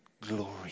glory